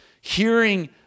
hearing